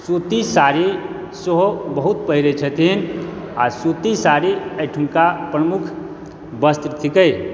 सुती साड़ी सेहो बहुत पहिरै छथिन आ सुती साड़ी अहिठुनका प्रमुख वस्त्र थिकहि